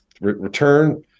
return